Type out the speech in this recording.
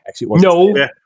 No